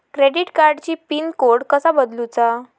Credit कार्डची pin code कसो बदलुचा?